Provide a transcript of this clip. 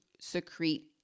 secrete